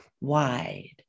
wide